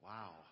Wow